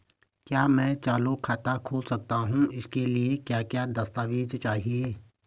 क्या मैं चालू खाता खोल सकता हूँ इसके लिए क्या क्या दस्तावेज़ चाहिए?